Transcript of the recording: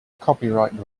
copyright